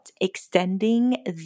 extending